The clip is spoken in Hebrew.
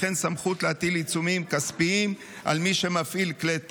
וכן סמכות להטיל עיצומים כספיים על מי שמפעיל כלי